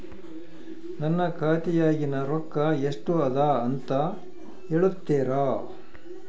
ನನ್ನ ಖಾತೆಯಾಗಿನ ರೊಕ್ಕ ಎಷ್ಟು ಅದಾ ಅಂತಾ ಹೇಳುತ್ತೇರಾ?